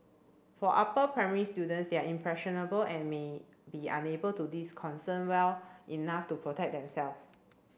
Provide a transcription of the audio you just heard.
for upper primary students they are impressionable and may be unable to disconcert well enough to protect themselves